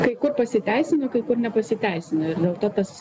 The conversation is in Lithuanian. kai kur pasiteisino kai kur nepasiteisino ir dėl to tas